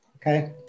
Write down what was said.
Okay